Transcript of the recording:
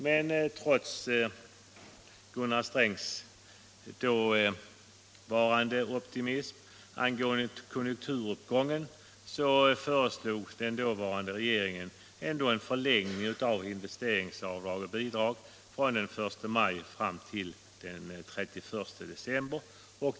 Men trots Gunnar Strängs optimism då angående konjunkturuppgången föreslog den dåvarande regeringen en förlängning av investeringsavdrag och bidrag från den 1 maj fram till den 31 december.